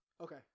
Okay